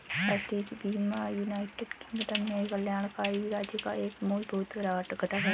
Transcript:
राष्ट्रीय बीमा United Kingdom में कल्याणकारी राज्य का एक मूलभूत घटक है